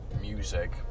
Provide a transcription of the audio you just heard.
music